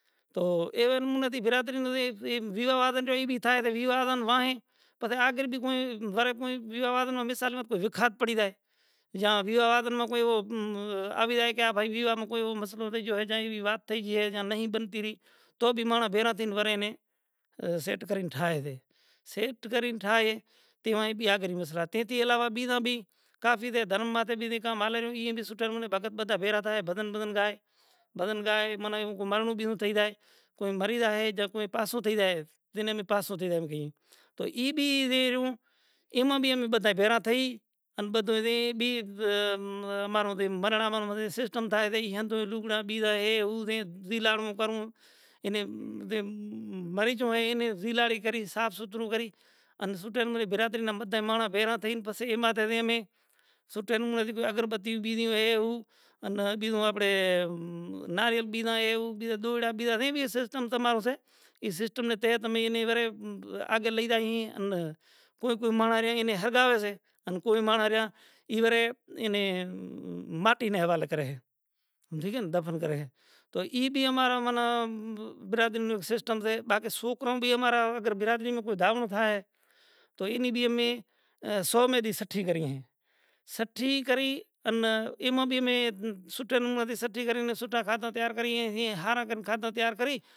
تو ایوا مونے تھی برادری نا ویواہ وادھن روئے اے بھی تھائے سے۔ ویواہ وادھن واھے پسے آگل بھی کوئے ویواہ وادھن موں مثال وکھاد پڑی جائے، جاں ویواہ وادھن مو کوئے امُآوی جائے کہ آ بھائی ویواہ موں کوئےایو مسئلو تھئی جیو ھے جاں ایوی وات تھئی جی ھے جہاں نہیں بنتی رہی تو بھی ماڑاں بھیرا تھئین ورے نے سیٹ کرین ٹھائے سے۔ سیٹ کرین ٹھائے ھے توں ای بھی آگڑ مسئلہ، تے تھی علاوہ بیجا بھی کافی دے دھرم ماتے بھی کام آلیریوں، ای بھی سوٹھامونے بھگت بھدا بھیرا تھائے بھجن بھجن گائے، بھجن گائے من بیجو تھئی جائے۔ کوئی مری جائے کوئی پاسوں تھئ جائے۔ جنے امے پاسوں تھئ جائے ایم گئم۔ تو ای بی اے ریوں ایما بھی بدھا بھیگا تھین۔ ان بدھو تھی سیسٹم تھائے سے ایاں تو لوگھڑا بیجا ھے ھو ھے مری جو ھے انے زیلاڑین کری صاف ستھرو کرین، ان سوٹھے مونے برادری نا بدھا ماڑاں بھیگا تھئین پسی اے ماتے تھے سوٹھے نمرے تھی کوئی اگڑ بتی بیجی ھوئے ھوں۔ ان بیجو اپڑے نہ رے بینا ھوئے بیجا دوئڑہ بیجا نہیں وے سسٹم امارو سے۔ ان سسٹم نے تحے تمے اینی ورے آگل لئی جائیے آن کوئی کوئی ماڑاں رہیا انی ھگاوے سے ان کوئی ماڑاں رہیا اینے ماٹی نا ھوالے کرے ھے۔ ٹھیک ھے دفن کرے ھے۔ تو ایبی امارا منا برادری نوں سسٹم سے۔ باقی اگر سوکرو بھی امارا برادری ما دھاوڑں تھائے تو اینی بھی امے سو مے تھی سٹھی کریئے ھیں۔ سٹھی کرین ایما بھی امے سوٹھے نوں ماتے سٹھی کرینے سوٹھا کھاتہ تیار کریئے ھے۔ ھی ھارا کن کھاتو تیار کرین۔